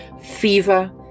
Fever